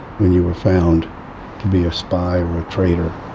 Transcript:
when you were found to be a spy or a traitor